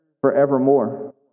forevermore